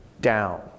down